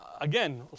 again